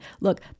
look